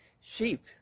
Sheep